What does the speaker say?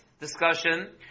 discussion